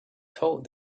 told